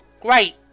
Great